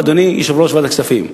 אדוני יושב-ראש ועדת הכספים,